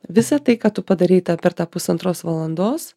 visa tai kad tu padarei tą per tą pusantros valandos